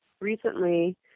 recently